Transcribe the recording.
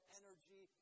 energy